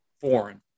foreign